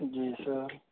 جی سر